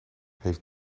heeft